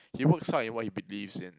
he works hard in what he believes in